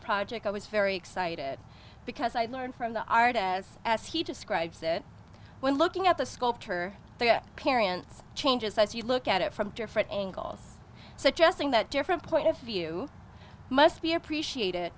project i was very excited because i learned from the art as he describes it when looking at the sculptor perience changes as you look at it from different angles suggesting that different point of view must be appreciated